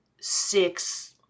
six